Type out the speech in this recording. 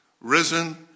risen